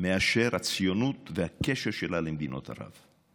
מאשר הציונות והקשר שלה למדינות ערב.